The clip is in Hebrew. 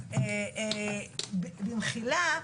אז במחילה,